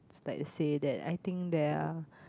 like to say that I think there are